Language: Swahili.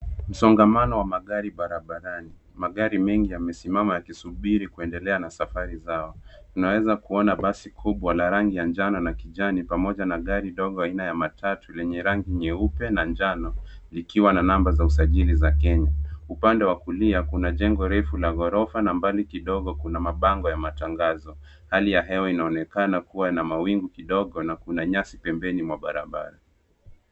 Msongamano wa magari barabarani magari mengi yamesimama yakisubiri kuendelea na safari zao tunaweza kuona basi la rangi ya manjano na kijani pamoja na gari dogo aina ya matatu lenye rangi nyeupe na manjano likiwa na number za usajili za kenya upande wa kulia kuna jengo refu la gorofa na mbali kidogo kuna mabango ya tangazo hali ya hewa inaonekana kua na mawingu kidogo na kuna nyasi pembeni mwa barabara.